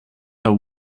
are